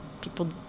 people